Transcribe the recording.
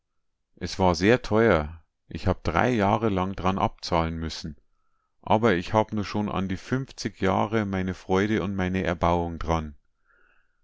es war sehr teuer ich hab drei jahre lang dran abzahlen müssen aber ich hab nu schon an die fünfzig jahre meine freude und meine erbauung dran